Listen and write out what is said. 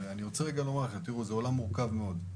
רוצה לומר לכם שזה עולם מורכב מאוד.